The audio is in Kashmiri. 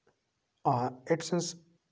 آ أکۍ سٕنٛز